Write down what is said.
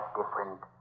different